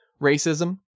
Racism